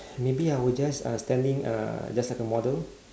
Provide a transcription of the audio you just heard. maybe I will just uh standing uh just like a model